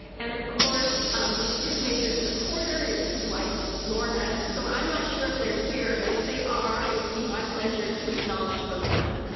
and of course his major supporter is his wife lorna and so i'm not sure if they're here, but if they are it would be my pleasure to acknowledge both of them.